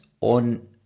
on